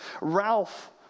Ralph